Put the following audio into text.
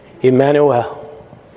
Emmanuel